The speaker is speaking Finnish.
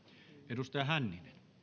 arvoisa